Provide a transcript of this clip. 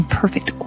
perfect